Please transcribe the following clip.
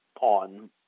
on